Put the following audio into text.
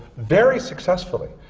very successfully.